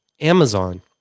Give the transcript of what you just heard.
Amazon